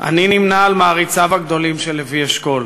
אני נמנה עם מעריציו הגדולים של לוי אשכול,